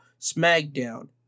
SmackDown